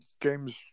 games